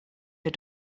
für